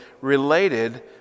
related